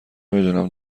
میدونم